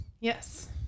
yes